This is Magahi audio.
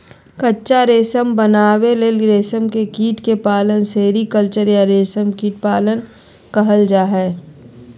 कच्चा रेशम बनावे ले रेशम के कीट के पालन सेरीकल्चर या रेशम कीट पालन कहल जा हई